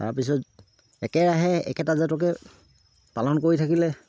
তাৰপিছত একেৰাহে একেটা জাতকে পালন কৰি থাকিলে